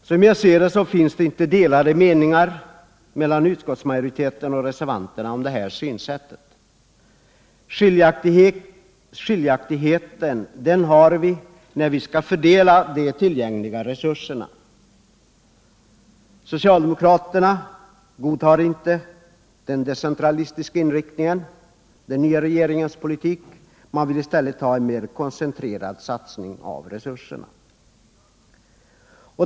Som jag ser det finns det inte några delade meningar mellan utskottsmajoriteten och reservanterna om detta synsätt. Skiljaktigheten föreligger när det gäller att fördela de tillgängliga resurserna. Socialdemokraterna godtar inte den decentralistiska inriktningen av den nya regeringens politik. Man vill i stället ha en mera koncentrerad satsning av resurserna.